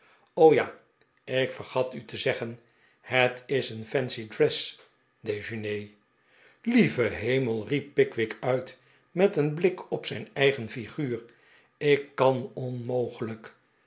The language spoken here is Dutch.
ja ik vergat u te zeggen het is een fancy dress dejeuner lieve hemel riep pickwick uit met een blik op zijn eigen figuur ik kan onmogelijk